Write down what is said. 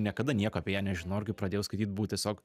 niekada nieko apie ją nežinojau ir kai pradėjau skaityt buvau tiesiog